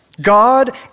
God